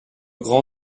grand